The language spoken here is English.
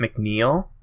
mcneil